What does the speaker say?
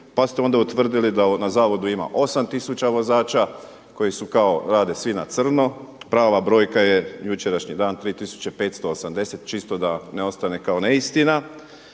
pa ste onda utvrdili da na zavodu ima 8 tisuća vozača koji kao rade svi na crno. Prava brojka je jučerašnji dan 3.580 čisto da ne ostane kao ne istina